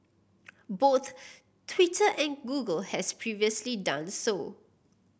both Twitter and Google have previously done so